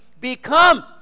become